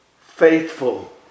Faithful